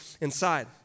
inside